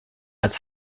als